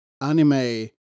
anime